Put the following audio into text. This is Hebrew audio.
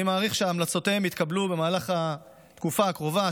אני מעריך שהמלצותיהם יתקבלו במהלך התקופה הקרובה,